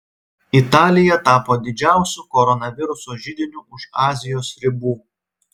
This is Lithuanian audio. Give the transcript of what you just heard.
italija tapo didžiausiu koronaviruso židiniu už azijos ribų